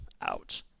out